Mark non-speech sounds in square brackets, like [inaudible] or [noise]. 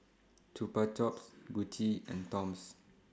Chupa Chups Gucci [noise] and Toms